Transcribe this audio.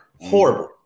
Horrible